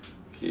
okay